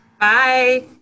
Bye